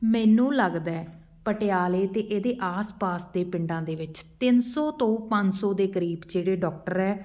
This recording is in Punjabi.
ਮੈਨੂੰ ਲੱਗਦਾ ਪਟਿਆਲੇ ਅਤੇ ਇਹਦੇ ਆਸ ਪਾਸ ਦੇ ਪਿੰਡਾਂ ਦੇ ਵਿੱਚ ਤਿੰਨ ਸੌ ਤੋਂ ਪੰਜ ਸੌ ਦੇ ਕਰੀਬ ਜਿਹੜੇ ਡਾਕਟਰ ਹੈ